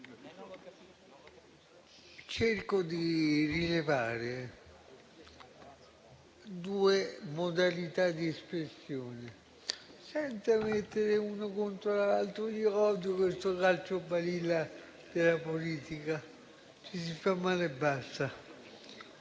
Cerco di rilevare due modalità di espressione, senza mettere l'uno contro l'altro. Io odio il calcio balilla della politica: ci si fa male e basta;